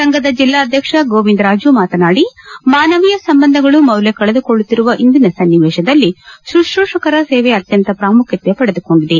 ಸಂಘದ ಜಿಲ್ಲಾಧ್ವಕ್ಷ ಗೋವಿಂದರಾಜು ಮಾತನಾಡಿ ಮಾನವೀಯ ಸಂಬಂಧಗಳು ಮೌಲ್ವ ಕಳೆದುಕೊಳ್ಳುತ್ತಿರುವ ಇಂದಿನ ಸನ್ನಿವೇತದಲ್ಲಿ ಶುಶ್ರೂಷಕರ ಸೇವೆ ಅತ್ಯಂತ ಪ್ರಾಮುಖ್ಯತೆ ಪಡೆದುಕೊಂಡಿದೆ